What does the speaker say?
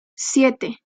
siete